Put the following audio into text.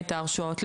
ההרשאות,